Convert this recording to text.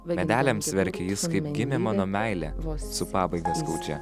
medeliams verkė jis kaip gimė mano meilė su pabaiga skaudžia